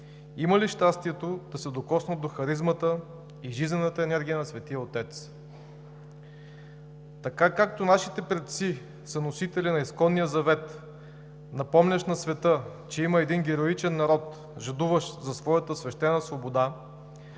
имали щастието да се докоснат до харизмата и жизнената енергия на Светия отец. Така, както нашите предци са носители на изконния завет, напомнящ на света, че има един героичен народ, жадуващ за своята свещена свобода,